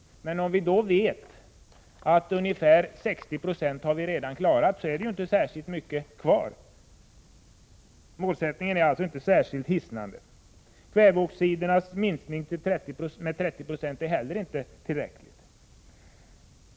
Men om vi vet att ungefär 60 960 redan har klarats, måste vi ju säga oss att det inte är särskilt mycket kvar. Målsättningen är således inte särskilt hisnande. Minskningen med 30 96 när det gäller kväveoxider är heller inte tillräcklig.